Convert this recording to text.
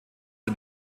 der